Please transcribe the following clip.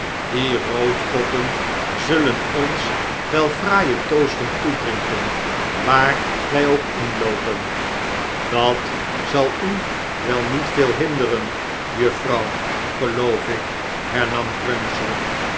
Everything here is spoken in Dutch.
die roodkoppen zullen ons wel fraaie toasten toedrinken waar wjj ook inloopen dat zal u wel niet veel hinderen juffrouw geloof ik hernam cruncher